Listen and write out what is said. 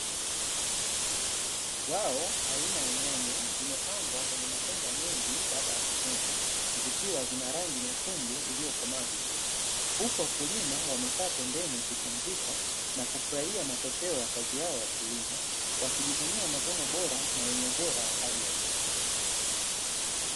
Zao aina ya nyanya zimepangwa kwenye matenga mengi baada ya kuvunwa, zikiwa zina rangi nyekundu iliyokukomaa vizuri huku wakulima wamekaa pembeni, wakipumzika na kufurahia matokeo ya kazi yao ya kilimo, wakijivunia mavuno bora na yenye ubora wa hali ya juu.